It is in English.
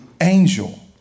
angel